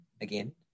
again